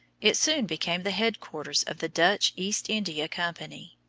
it soon became the headquarters of the dutch east india company,